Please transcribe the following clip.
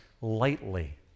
lightly